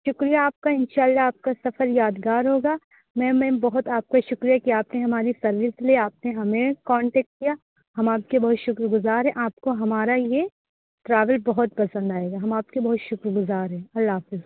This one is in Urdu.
شکریہ آپ کا ان شاء اللہ آپ کا سفر یادگار ہوگا میم میم بہت آپ کا شکریہ کہ آپ نے ہماری سروس لیے آپ نے ہمیں کانٹیکٹ کیا ہم آپ کے بہت شکر گزار ہے آپ کو ہمارا یہ ٹریول بہت پسند آئے گا ہم آپ کے بہت شکر گزار ہیں اللہ حافظ